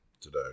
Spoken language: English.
today